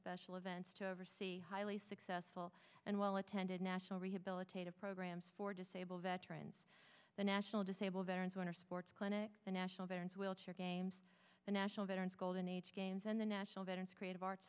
special events to oversee highly successful and well attended national rehabilitative programs for disabled veterans the national disabled veterans winter sports clinic the national veterans wheelchair games the national veterans golden age games and the national veterans creative arts